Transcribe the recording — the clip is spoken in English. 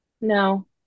No